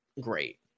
great